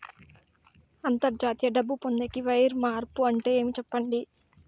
అంతర్జాతీయ డబ్బు పొందేకి, వైర్ మార్పు అంటే ఏమి? సెప్పండి?